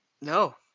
No